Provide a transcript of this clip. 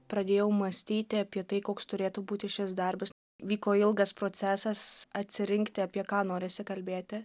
pradėjau mąstyti apie tai koks turėtų būti šis darbas vyko ilgas procesas atsirinkti apie ką norisi kalbėti